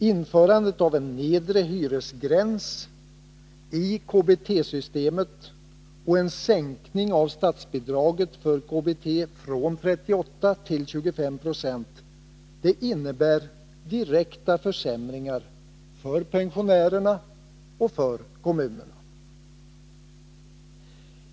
Införandet av en nedre hyresgräns i KBT-systemet och en sänkning av statsbidraget för KBT från 38 till 25 20 innebär direkta försämringar för pensionärerna och för kommunerna.